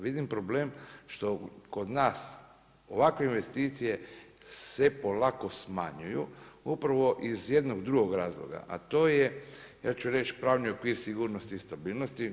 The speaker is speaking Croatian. Vidim problem što kod nas ovakve investicije se polako smanjuju upravo iz jednog drugog razloga, a to je ja ću reći pravni okvir sigurnosti i stabilnosti.